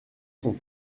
sont